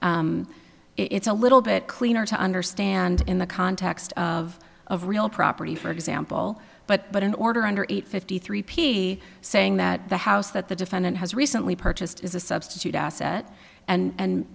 it's a little bit cleaner to understand in the text of of real property for example but but an order under eight fifty three p saying that the house that the defendant has recently purchased is a substitute asset